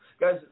guys